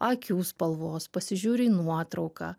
akių spalvos pasižiūriu į nuotrauką